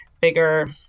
bigger